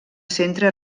centre